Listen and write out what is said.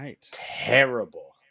terrible